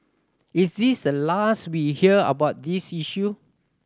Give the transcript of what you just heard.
is this the last we hear about this issue